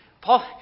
Paul